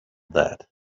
that